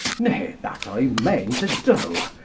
nay, that i meane to do.